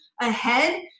ahead